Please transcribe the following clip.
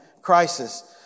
crisis